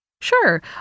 Sure